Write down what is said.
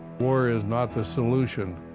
war is not the solution.